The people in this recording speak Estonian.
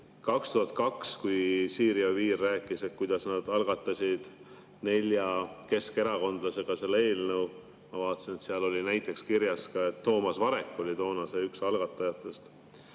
2002, kui Siiri Oviir rääkis, kuidas nad nelja keskerakondlasega selle eelnõu algatasid. Ma vaatasin, et seal oli näiteks kirjas, et Toomas Varek oli toona üks algatajatest.